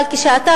אבל כשאתה,